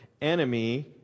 enemy